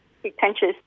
pretentious